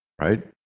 right